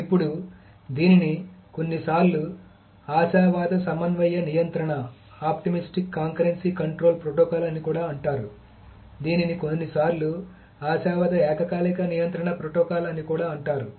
ఇప్పుడు దీనిని కొన్నిసార్లు ఆశావాద సమన్వయ నియంత్రణ ప్రోటోకాల్ అని కూడా అంటారు దీనిని కొన్నిసార్లు ఆశావాద ఏకకాలిక నియంత్రణ ప్రోటోకాల్ అని కూడా అంటారు